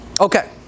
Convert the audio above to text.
Okay